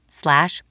slash